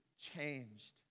changed